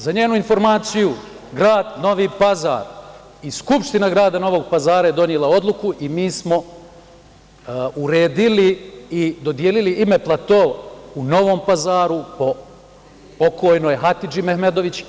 Za njenu informaciju, grad Novi Pazar i Skupština grada Novog Pazara je donela odluku i mi smo uredili i dodelili ime platou u Novom Pazaru po pokojnoj Hatidži Mehmedović.